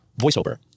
VoiceOver